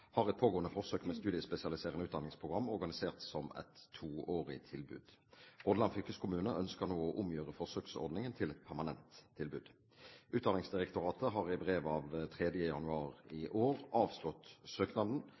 har et pågående forsøk med studiespesialiserende utdanningsprogram organisert som et toårig tilbud. Hordaland fylkeskommune ønsker nå å omgjøre forsøksordningen til et permanent tilbud. Utdanningsdirektoratet har i brev av 3. januar i år avslått søknaden,